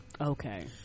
okay